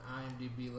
imdb